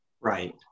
Right